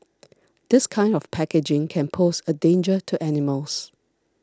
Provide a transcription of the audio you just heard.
this kind of packaging can pose a danger to animals